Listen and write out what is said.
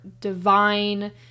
divine